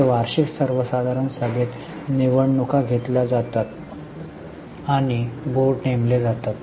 तर वार्षिक सर्वसाधारण सभेत निवडणुका घेतल्या जातात आणि बोर्ड नेमले जातात